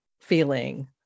feeling